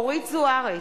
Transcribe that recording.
אורית זוארץ,